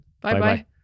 Bye-bye